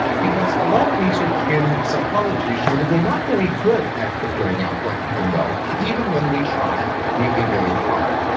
because a lot of research in psychology has shown that we're not very good at figuring out what people know, even when we try really, really hard.